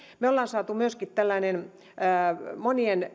me olemme saaneet myöskin monien